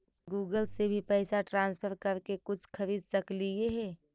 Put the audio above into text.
Google से भी पैसा ट्रांसफर कर के कुछ खरिद सकलिऐ हे?